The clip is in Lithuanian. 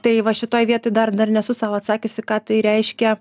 tai va šitoj vietoj dar dar nesu sau atsakiusi ką tai reiškia